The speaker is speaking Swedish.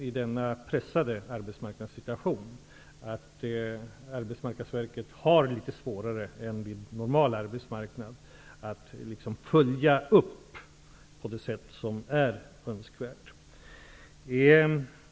I denna pressade arbetsmarknadssituation har Arbetsmarknadsverket större svårigheter än vid en normal arbetsmarknadssituation att göra uppföljningar på det sätt som är önskvärt.